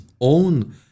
own